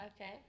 okay